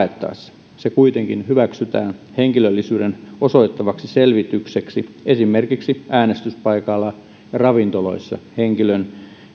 haettaessa se kuitenkin hyväksytään henkilöllisyyden osoittavaksi selvitykseksi esimerkiksi äänestyspaikalla ja ravintoloissa henkilön